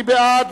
מי בעד?